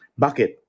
Bakit